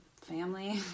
family